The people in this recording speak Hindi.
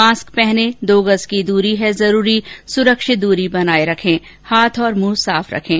मास्क पहनें दो गज की दूरी है जरूरी सुरक्षित दूरी बनाए रखें हाथ और मुंह साफ रखें